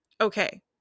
okay